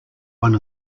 one